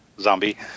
Zombie